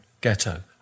ghetto